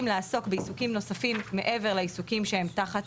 לעסוק בעיסוקים נוספים מעבר לעיסוקים שהם תחת